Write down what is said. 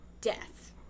death